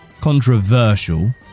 controversial